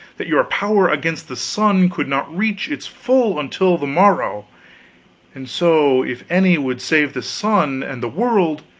that your power against the sun could not reach its full until the morrow and so if any would save the sun and the world,